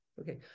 Okay